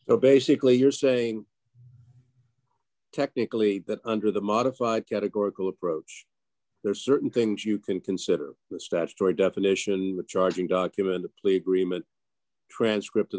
so basically you're saying technically that under the modified categorical approach there are certain things you can consider the statutory definition of charging document a plea agreement transcript